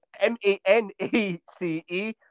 M-A-N-A-C-E